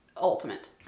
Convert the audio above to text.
ultimate